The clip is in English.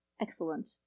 excellent